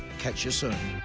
catch you soon.